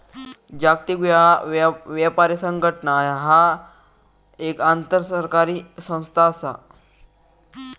जागतिक व्यापार संघटना ह्या एक आंतरसरकारी संस्था असा